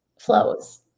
flows